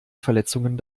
verletzungen